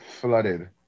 flooded